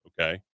Okay